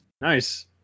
Nice